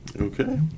Okay